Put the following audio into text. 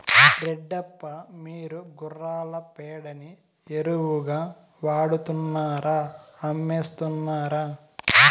రెడ్డప్ప, మీరు గుర్రాల పేడని ఎరువుగా వాడుతున్నారా అమ్మేస్తున్నారా